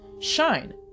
shine